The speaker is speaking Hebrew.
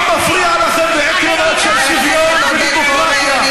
מה מפריע לכם בעקרונות של שוויון ודמוקרטיה?